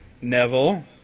Neville